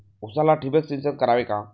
उसाला ठिबक सिंचन करावे का?